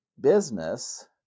business